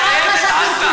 שייטת עזה.